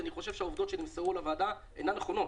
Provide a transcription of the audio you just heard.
כי אני חושב שהעובדות שנמסרו לוועדה אינן נכונות,